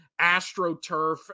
AstroTurf